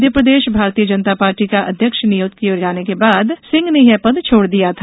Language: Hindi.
मध्यप्रदेश भारतीय जनता पार्टी का अध्यक्ष नियुक्त किए जाने के बाद सिंह ने यह पद छोड़ दिया था